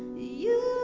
you